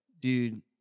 dude